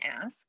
ask